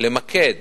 למקד